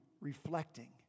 reflecting